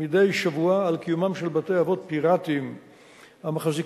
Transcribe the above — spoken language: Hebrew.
מדי שבוע על קיומם של בתי-אבות פיראטיים המחזיקים